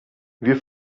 wir